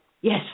Yes